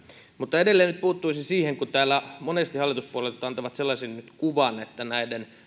mutta edelleen nyt puuttuisin siihen kun täällä monesti hallituspuolueet antavat sellaisen kuvan että näiden